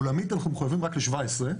עולמית אנחנו מחויבים רק ל-17%,